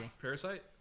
Parasite